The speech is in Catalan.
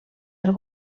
del